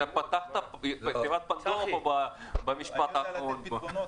אתה פתחת פה תיבת פנדורה במשפט האחרון.